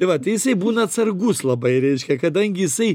tai vat tai jisai būna atsargus labai reiškia kadangi jisai